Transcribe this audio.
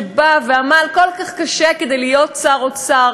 שעמל כל כך קשה כדי להיות שר אוצר,